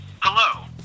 Hello